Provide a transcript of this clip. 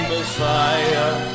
Messiah